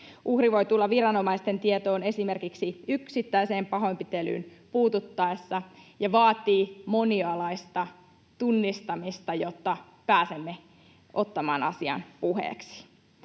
Uhri voi tulla viranomaisten tietoon esimerkiksi yksittäiseen pahoinpitelyyn puututtaessa, ja vaatii monialaista tunnistamista, jotta pääsemme ottamaan asian puheeksi.